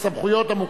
הממשלה,